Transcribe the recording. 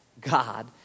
God